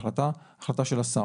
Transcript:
ההחלטה היא החלטה של השר.